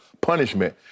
punishment